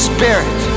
Spirit